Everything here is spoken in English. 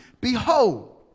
Behold